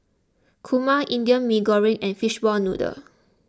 Kurma Indian Mee Goreng and Fishball Noodle